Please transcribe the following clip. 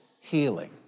healing